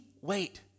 wait